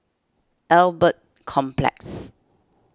Albert Complex